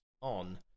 on